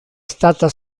stata